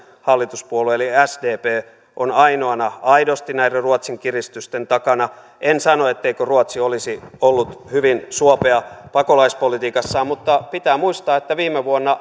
hallituspuolue eli sdp on ainoana aidosti näiden ruotsin kiristyksen takana en sano etteikö ruotsi olisi ollut hyvin suopea pakolaispolitiikassaan mutta pitää muistaa että viime vuonna